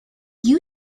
you